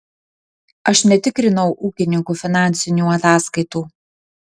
aš netikrinau ūkininkų finansinių ataskaitų